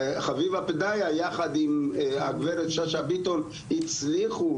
חביבה פדיה יחד עם הגברת שאשא ביטון הצליחו